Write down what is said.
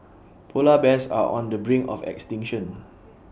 Polar Bears are on the brink of extinction